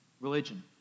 religion